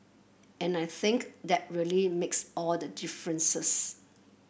and I think that really makes all the differences